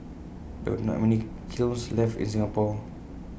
there are not many kilns left in Singapore